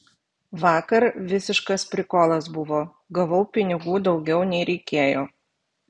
vakar visiškas prikolas buvo gavau pinigų daugiau nei reikėjo